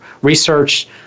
research